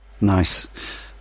Nice